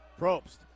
Probst